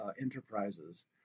enterprises